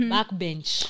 Backbench